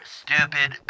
stupid